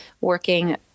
working